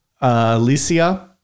Alicia